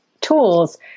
tools